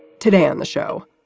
today on the show,